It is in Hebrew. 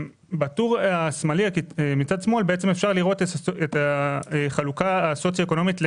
בטור השמאלי אפשר לראות את החלוקה הסוציו-אקונומית לפי